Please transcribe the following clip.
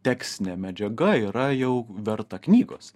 tekstinė medžiaga yra jau verta knygos